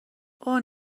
اوه